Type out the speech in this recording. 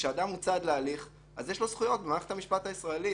וכשאדם הוא צד להליך אז יש לו זכויות במערכת המשפט הישראלית,